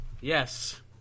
Yes